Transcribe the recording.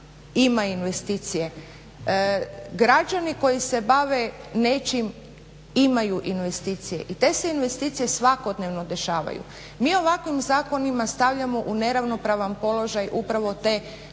ima investicije. Građani koji se bave nečim imaju investicije i te se investicije svakodnevno dešavaju. Mi ovakvim zakonima stavljamo u neravnopravan položaj upravo te nazovimo